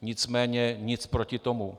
Nicméně nic proti tomu.